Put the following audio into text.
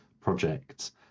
projects